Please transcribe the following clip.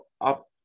up